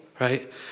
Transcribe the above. right